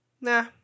Nah